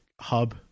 hub